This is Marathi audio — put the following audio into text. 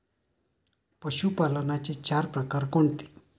पशुपालनाचे चार प्रकार कोणते?